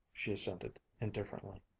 she assented indifferently.